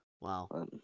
wow